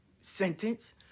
sentence